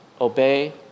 Obey